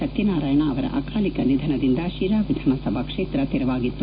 ಸತ್ಯನಾರಾಯಣ ಅವರ ಅಕಾಲಿಕ ನಿಧನದಿಂದ ಶಿರಾ ವಿಧಾನಸಭಾ ಕ್ಷೇತ್ರ ತೆರವಾಗಿತ್ತು